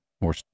more